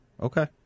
okay